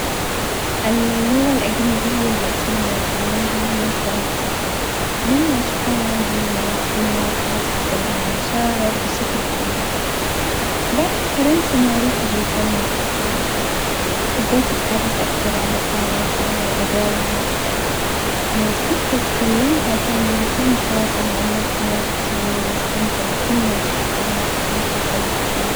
اللغة الأجنبية اللي أتمنى أتعلمها هي الفرنسية، لأني أشوفها لغة جميلة وكلماتها تعبر عن المشاعر بشكل فني، بعد فرنسا معروفة بالفن والثقافة، حبيت أتعرف أكثر على تاريخها وآدابها، لو كنت أتكلمها كان بإمكاني التواصل مع الناس هناك بسهولة وأستمتع بكل ما تقدمه الثقافة الفرنسية.